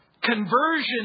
Conversion